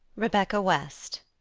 rebecca west,